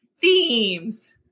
themes